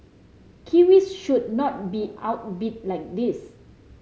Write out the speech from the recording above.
Kiwis should not be outbid like this